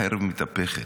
החרב מתהפכת.